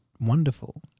wonderful